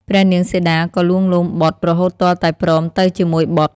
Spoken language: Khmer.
ព្រះនាងសីតា ក៏លួងលោមបុត្រ រហូតទាល់តែព្រមទៅជាមួយបុត្រ។